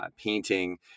painting